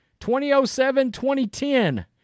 2007-2010